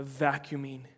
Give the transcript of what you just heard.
vacuuming